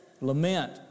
Lament